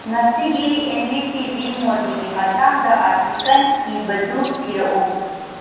ꯉꯁꯤꯒꯤ N D T V ꯃꯣꯗꯤꯒꯤ ꯃꯇꯥꯡꯗ ꯑꯥꯔꯇꯤꯀꯜ ꯏꯕꯗꯨ ꯊꯤꯔꯛꯎ